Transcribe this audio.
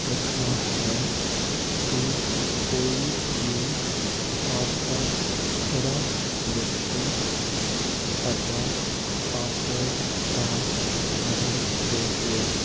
ਰੱਖਣਾ ਹੈ ਕਿ ਕੋਈ ਵੀ ਆਸ ਪਾਸ ਖੜਾ ਵਿਅਕਤੀ ਸਾਡਾ ਪਾਸਵਰਡ ਤਾਂ ਨਹੀਂ ਦੇਖ ਰਿਹਾ